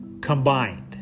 combined